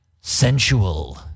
Sensual